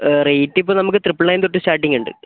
rate ഇപ്പം നമുക്ക് triple nine തൊട്ട് സ്റ്റാർട്ടിങ് ഉണ്ട്